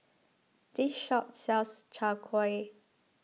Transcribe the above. this shop sells Chai Kueh